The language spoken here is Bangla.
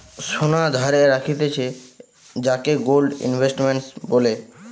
সোনা ধারে রাখতিছে যাকে গোল্ড ইনভেস্টমেন্ট বলে